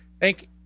thank